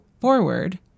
forward